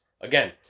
again